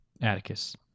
Atticus